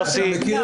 יוסי.